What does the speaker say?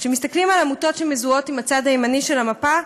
כשמסתכלים על עמותות שמזוהות עם הצד הימני של המפה,